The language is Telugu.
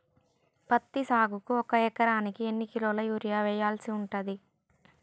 పత్తి సాగుకు ఒక ఎకరానికి ఎన్ని కిలోగ్రాముల యూరియా వెయ్యాల్సి ఉంటది?